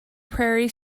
prairie